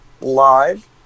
live